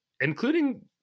Including